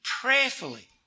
prayerfully